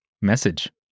Message